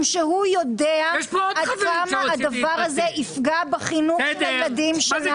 שהוא יודע עד כמה זה יפגע בחינוך הילדים שלנו.